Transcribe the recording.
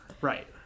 Right